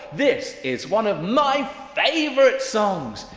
this is one of my favourite songs.